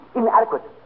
inadequate